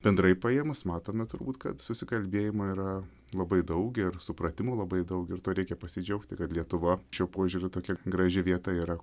bendrai paėmus matome turbūt kad susikalbėjimo yra labai daug ir supratimų labai daug ir to reikia pasidžiaugti kad lietuva šiuo požiūriu tokia graži vieta yra